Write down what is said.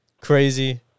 crazy